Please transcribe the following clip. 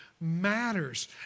matters